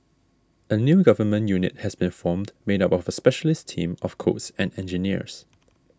a new government unit has been formed made up of a specialist team of codes and engineers